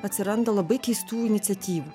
atsiranda labai keistų iniciatyvų